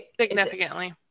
significantly